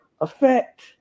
effect